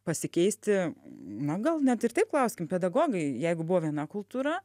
pasikeisti na gal net ir taip klauskim pedagogai jeigu buvo viena kultūra